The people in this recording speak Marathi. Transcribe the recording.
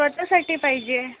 स्वत साठी पाहिजे